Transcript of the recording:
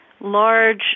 large